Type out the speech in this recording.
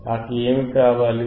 నాకు ఏమి కావాలి